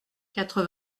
quatre